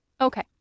okay